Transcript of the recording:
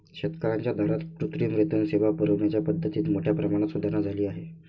शेतकर्यांच्या दारात कृत्रिम रेतन सेवा पुरविण्याच्या पद्धतीत मोठ्या प्रमाणात सुधारणा झाली आहे